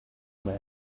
man